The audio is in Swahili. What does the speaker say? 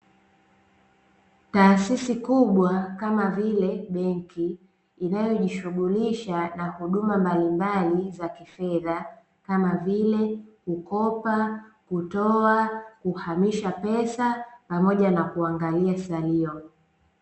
Taasisi kubwa kama vile benki, inayojishughulisha na huduma mbalimbali za kifedha, kama vile kukopa, kutoa, kuhamisha pesa pamoja na kuangalia salio.